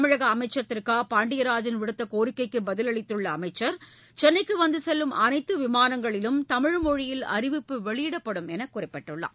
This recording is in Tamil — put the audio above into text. தமிழக அமைச்சர் திரு க பாண்டியராஜன் விடுத்த கோரிக்கைக்கு பதில் அளித்துள்ள மத்திய அமைச்சா் சென்னைக்கு வந்துசெல்லும் அனைத்து விமானங்களிலும் தமிழ் மொழியில் அறிவிப்பு வெளியிடப்படும் என்று குறிப்பிட்டுள்ளார்